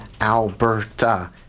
Alberta